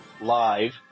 live